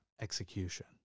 execution